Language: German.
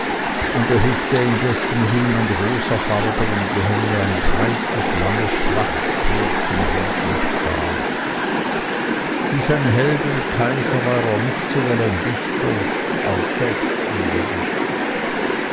an der hüfte indessen hing an rosenfarbenem gehänge ein breites langes schlachtschwert von gutem stahl wie sein held und kaiser war er nicht sowohl ein dichter als selbst ein gedicht